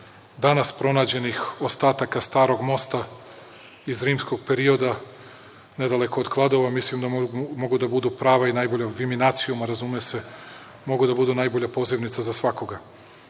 danas pronađenih ostataka starog mosta iz rimskog perioda, nedaleko od Kladova, mislim da mogu da budu i prava i najbolja, Viminicijuma, razume se, mogu da budu najbolja pozivnica za